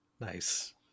nice